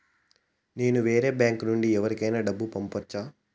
నేను వేరే బ్యాంకు నుండి ఎవరికైనా డబ్బు పంపొచ్చా?